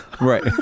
right